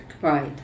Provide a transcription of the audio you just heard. Right